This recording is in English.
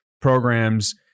programs